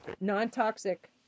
Non-toxic